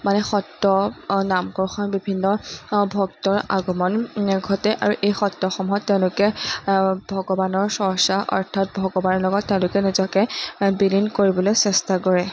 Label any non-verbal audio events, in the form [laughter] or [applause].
মানে সত্ৰ নাম [unintelligible] বিভিন্ন ভক্তৰ আগমন ঘটে আৰু এই সত্ৰসমূহত তেওঁলোকে ভগৱানৰ চৰ্চা অৰ্থাৎ ভগৱানৰ লগত তেওঁলোকে নিজকে বিলীন কৰিবলৈ চেষ্টা কৰে